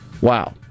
Wow